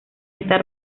esta